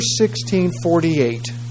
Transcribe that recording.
1648